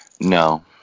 No